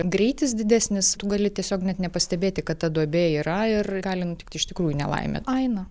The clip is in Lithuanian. greitis didesnis tu gali tiesiog net nepastebėti kad ta duobė yra ir gali nutikti iš tikrųjų nelaimė aina